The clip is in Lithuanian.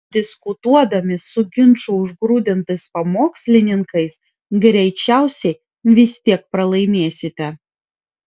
diskutuodami su ginčų užgrūdintais pamokslininkais greičiausiai vis tiek pralaimėsite